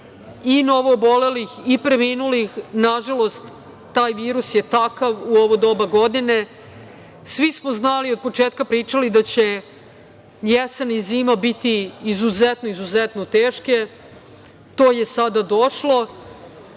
i novoobolelih i preminulih. Nažalost taj virus je takav u ovo doba godine svi smo znali, od početka pričali da će jesen i zima biti izuzetno, izuzetno teške. To je sada došlo